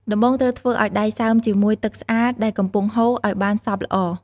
ដំបូងត្រូវធ្វើឱ្យដៃសើមជាមួយ ទឹកស្អាតដែលកំពុងហូរ ឱ្យបានសព្វល្អ។